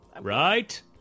right